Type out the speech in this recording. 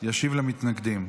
ישיב למתנגדים.